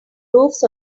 roofs